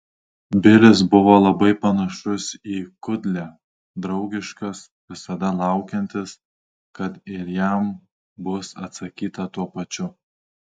bilis buvo labai panašus į kudlę draugiškas visada laukiantis kad ir jam bus atsakyta tuo pačiu